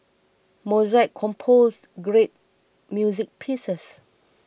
Mozart composed great music pieces